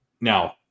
now